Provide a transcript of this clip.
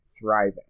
thriving